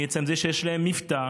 מעצם זה שיש להם מבטא.